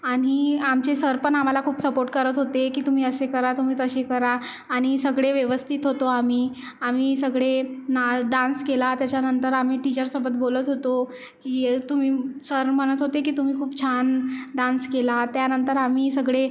आणि आमचे सरपण आम्हाला खूप सपोर्ट करत होते की तुम्ही असे करा तुम्ही तसे करा आणि सगळे व्यवस्थित होतो आम्ही आम्ही सगळे नाच डान्स केला त्याच्यानंतर आम्ही टीचरसोबत बोलत होतो की तुम्ही सर म्हणत होते की तुम्ही खूप छान डान्स केला त्यानंतर आम्ही सगळे